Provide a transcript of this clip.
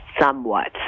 somewhat